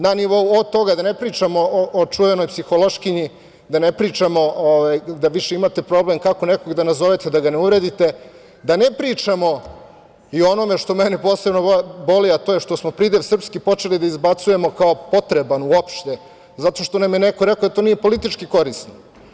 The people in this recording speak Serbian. Da ne pričamo o čuvenoj psihološkinji, da pričamo da više imate problem kako nekog da nazovete, a da ga ne uvredite, da ne pričamo i o onome što mene posebno boli, a to je što smo pridev – srpski, počeli da izbacujemo kao potreban uopšte, zato što nam je neko rekao da to nije politički korisno.